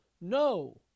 no